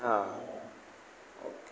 હા ઓકે